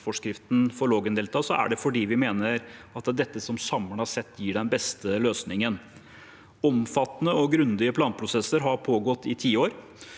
for Lågendeltaet, er det fordi vi mener at det er dette som samlet sett gir den beste løsningen. Omfattende og grundige planprosesser har pågått i tiår.